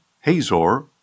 Hazor